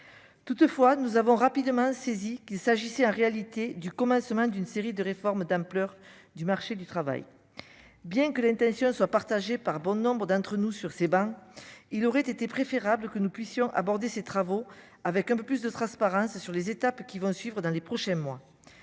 toutefois nous avons rapidement saisi qu'il s'agissait en réalité du commencement d'une série de réformes d'ampleur du marché du travail, bien que l'intention soit partagé par bon nombres d'entre nous, sur ces bancs, il aurait été préférable que nous puissions aborder ces travaux avec un peu plus de transparence sur les étapes qui vont suivre dans les prochains mois